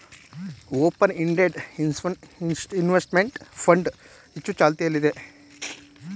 open ended investment fund ಹೆಚ್ಚು ಚಾಲ್ತಿಯಲ್ಲಿದೆ